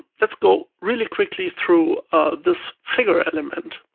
let's go really quickly through this figure element.